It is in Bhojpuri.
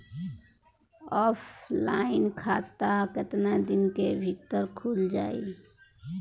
ऑफलाइन खाता केतना दिन के भीतर खुल जाई?